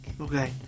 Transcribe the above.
okay